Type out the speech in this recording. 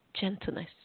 gentleness